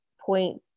point